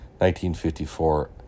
1954